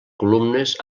columnes